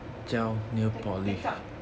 对 makeup